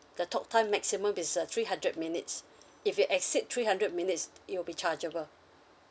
the talktime maximum is uh three hundred minutes if you exceed three hundred minutes it will be chargeable